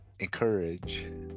encourage